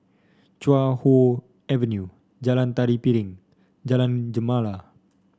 Chuan Hoe Avenue Jalan Tari Piring Jalan Gemala